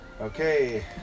Okay